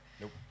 Nope